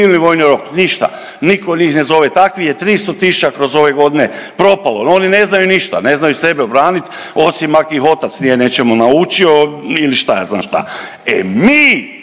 civilni vojni rok. Ništa. Nitko njih ne zove. Takvih je 300 tisuća kroz ove godine propalo. Oni ne znaju ništa, ne znaju sebe obraniti, osim ak ih otac nije nečemu naučio ili šta ja znam šta. E mi